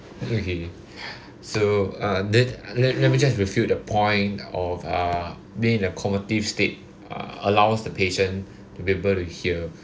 okay so uh then let let me just refute the point of uh being in a comative state uh allows the patient to be able to hear